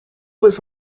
was